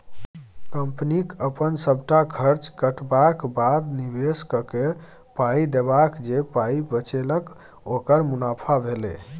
कंपनीक अपन सबटा खर्च कटबाक बाद, निबेशककेँ पाइ देबाक जे पाइ बचेलक ओकर मुनाफा भेलै